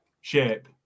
shape